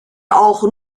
auch